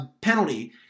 penalty